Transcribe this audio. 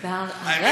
האמת,